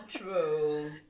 True